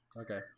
Okay